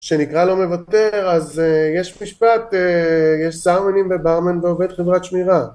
שנקרא לא מוותר אז יש משפט יש סאודמנים וברמן ועובד חברת שמירה